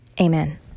Amen